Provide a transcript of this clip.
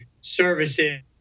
services